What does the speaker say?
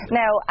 now